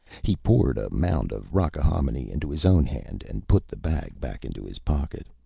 he poured a mound of rockahominy into his own hand and put the bag back into his pocket.